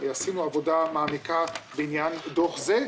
עשינו עבודה מעמיקה בעניין דוח זה,